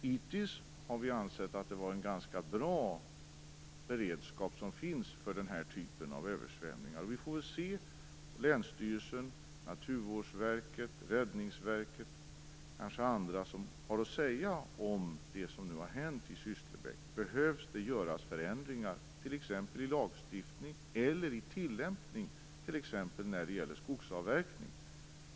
Hittills har vi ansett att det funnits en ganska bra beredskap för den här typen av översvämningar, och vi får se vad länsstyrelsen, Naturvårdsverket, Räddningsverket och kanske andra har att säga om det som nu har hänt i Sysslebäck. Det kanske behöver göras förändringar i lagstiftning eller i tillämpning, t.ex. när det gäller skogsavverkning.